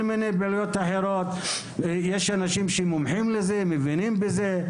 יש אנשים שמומחים בזה ומבינים בזה.